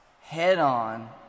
head-on